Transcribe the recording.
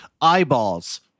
eyeballs